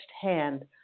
hand